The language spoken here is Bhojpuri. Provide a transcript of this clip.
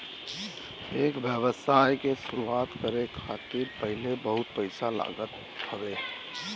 एकर व्यवसाय के शुरुआत करे खातिर पहिले बहुते पईसा लागत हवे